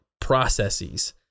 processes